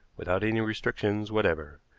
without any restrictions whatever.